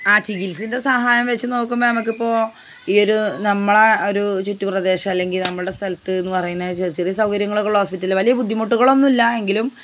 ആ ചികിത്സന്റെ സഹായം വച്ച് നോക്കുമ്പം നമ്മൾക്ക് ഇപ്പോൾ ഈ ഒരൂ നമ്മളെ ഒരൂ ചുറ്റുപ്രദേശം അല്ലെങ്കിൽ നമ്മളുടെ സ്ഥലത്ത് നിന്ന് പറയുന്നത് വിചാരിച്ചാൽ ചെറിയ സൗകര്യങ്ങളൊക്കെ ഉള്ള ഹോസ്പിറ്റല് വലിയ ബുദ്ധിമുട്ടുകളൊന്നുമില്ല എങ്കിലും